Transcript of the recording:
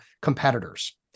competitors